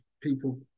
people